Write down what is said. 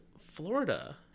Florida